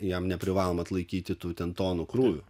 jam neprivaloma atlaikyti tų ten tonų krūvių